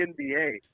NBA